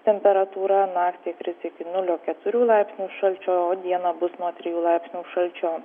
temperatūra naktį kris iki nulio keturių laipsnių šalčio o dieną bus nuo trijų laipsnių šalčio